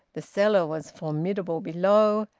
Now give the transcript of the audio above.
the cellar was formidable below,